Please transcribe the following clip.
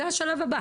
זה השלב הבא.